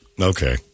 Okay